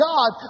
God